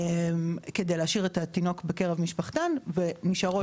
כדי להשאיר את התינוק בקרב משפחתן ונשארות שם.